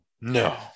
No